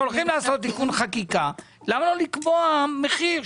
למה לא לקבוע מחיר,